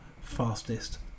fastest